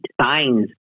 signs